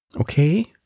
Okay